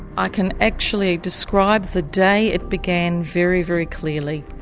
i can actually describe the day it began very, very clearly.